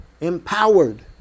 empowered